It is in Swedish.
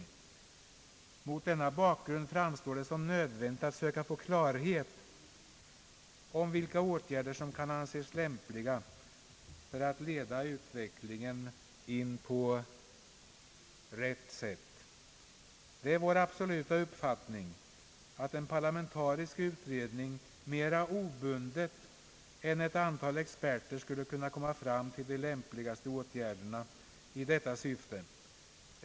Mot denna bakgrund, sägs det vidare i reservationen, framstår det som nödvändigt att söka få klarlagt vilka åtgärder som kan anses lämpliga för att leda utvecklingen in på bättre banor. Det är vår absoluta uppfattning att en parlamentarisk utredning mera obundet än ett antal experter skulle kunna komma fram till de lämpligaste åtgärderna i detta syfte.